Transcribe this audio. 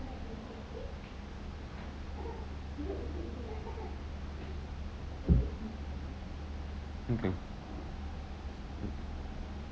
mm kay